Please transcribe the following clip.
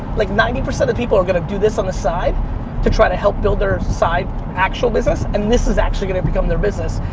like ninety percent of people are gonna do this on the side to try to help build their side actual business, and this is actually gonna become their business,